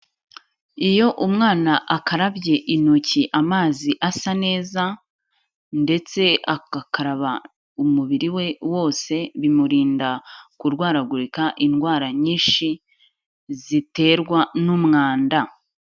Iyo umwana akarabye intoki amazi asa neza ndetse agakaraba umubiri we wose bimurinda kurwaragurika indwara nyinshi ziterwa n'umwanda.